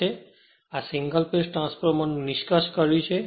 તેથી આ single phase ના ટ્રાન્સફોર્મર નું નિષ્કર્ષ કર્યું છે